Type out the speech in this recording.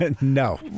No